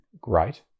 great